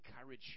encourage